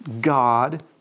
God